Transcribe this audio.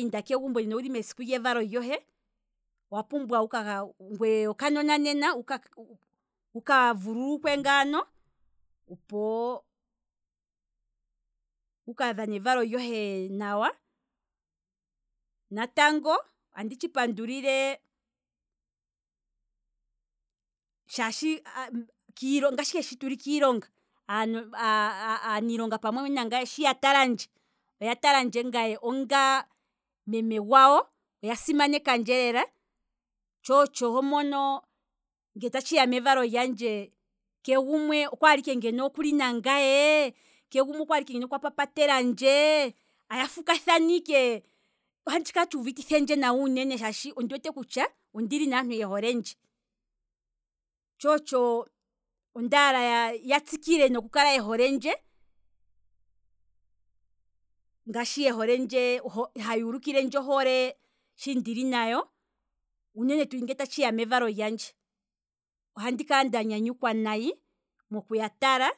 inda kegumbo nena owuli mevalo lyohe, owa pumbwa wuka, ngweye okanona, owa pumbwa wuka vululukwe ngaano, opo wuka dhane evalo lyohe nawa, natango andi tshi pandulile, shaashi, ngashi ike shi tuli kiilonga aanilonga pamwe nangaye oya talndje onga meme gwawo, oya simanekandje lela, tsho otsho homono nge tatshiya mevalo lyandje keshe gumwe okwaala ike ngeno okuli nangaye, keshe gumwe okwaala ike ngeno okwa papa telandje, aya fuka thana ike, ohatshi kala tshuuviti thendje nawa uunene shaashi ondi wete kutya ondili naantu ye holendje, tsho otsho ondaala ya tsikile ye holendje, ngaashi ye holendje haya ulu kilendje ngaashi ye holendje, haya ulukilendje ohole shi ndili nayo, uunene tu nge ta tshiya mevalo lyandje. oha ndikala nda nyanyukwa uunene moku ya tala